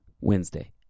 Wednesday